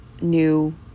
new